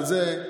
על זה.